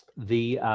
the,